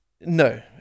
no